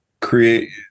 create